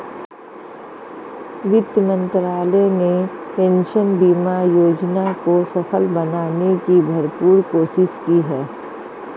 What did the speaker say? वित्त मंत्रालय ने पेंशन बीमा योजना को सफल बनाने की भरपूर कोशिश की है